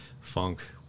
Funk